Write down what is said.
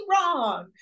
wrong